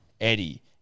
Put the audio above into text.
Eddie